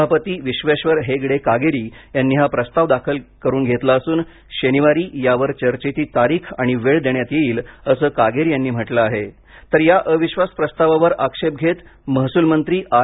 सभापती विश्वेश्वर हेगडे कागेरी यांनी हा प्रस्ताव दाखल करून घेतला असून शनिवारी यावर चर्चेची तारीख आणि वेळ देण्यात येईल असं कागेरी यांनी म्हटलं आहे तर या अविश्वास प्रस्तावावर आक्षेप घेत महसूलमंत्री आर